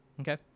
Okay